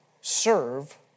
serve